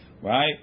right